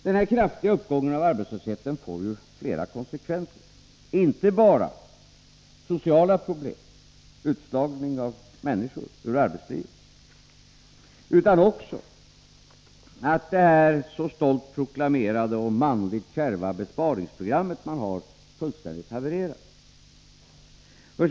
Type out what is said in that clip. Denna kraftiga uppgång av arbetslösheten får flera konsekvenser, inte bara sociala problem, utslagning av människor ur arbetslivet, utan också att moderaternas så stolt proklamerade och manligt kärva besparingsprogram fullständigt havererar.